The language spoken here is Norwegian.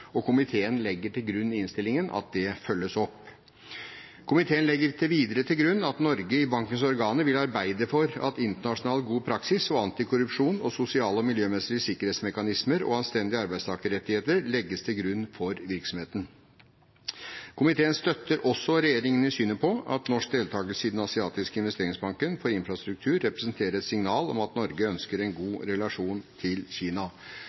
og komiteen legger til grunn i innstillingen at det følges opp. Komiteen legger videre til grunn at Norge i bankens organer vil arbeide for at internasjonal god praksis, antikorrupsjon, sosiale og miljømessige sikkerhetsmekanismer og anstendige arbeidstakerrettigheter legges til grunn for virksomheten. Komiteen støtter også regjeringen i synet på at norsk deltakelse i Den asiatiske investeringsbanken for infrastruktur representerer et signal om at Norge ønsker en god relasjon til Kina.